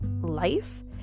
life